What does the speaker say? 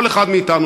כל אחד מאתנו,